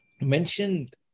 mentioned